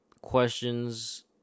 questions